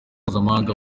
mpuzamahanga